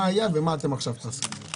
מה היה ומה אתם עכשיו תעשו עם זה?